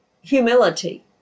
humility